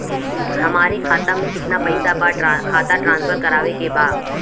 हमारे खाता में कितना पैसा बा खाता ट्रांसफर करावे के बा?